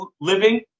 living